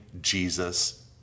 Jesus